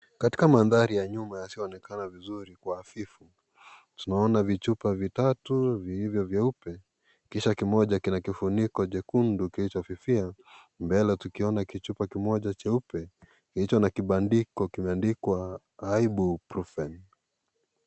Katika mandhari ya nyuma yasiyoonekana vizuri kwa hafifu tunaona vichupa vitatu vivyo vyeupe kisha kimoja kina kifuniko chekundu kilichofifia mbele tukiona kichupa kimoja cheupe kilicho na kibandiko kimeandikwa Ibuprofen.